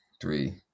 three